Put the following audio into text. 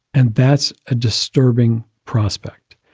and that's a disturbing prospect,